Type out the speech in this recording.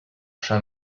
chat